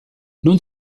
non